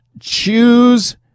choose